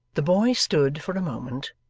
the boy stood, for a moment,